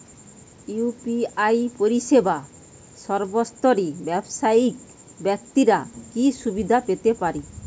UPI পরিসেবা সর্বস্তরের ব্যাবসায়িক ব্যাক্তিরা কি সুবিধা পেতে পারে?